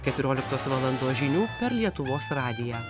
keturioliktos valandos žinių per lietuvos radiją